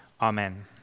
amen